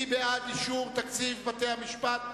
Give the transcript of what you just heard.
מי בעד אישור תקציב בתי-המשפט?